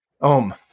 Om